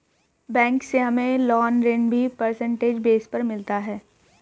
bank से हमे loan ऋण भी परसेंटेज बेस पर मिलता है